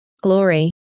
glory